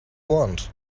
want